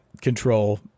control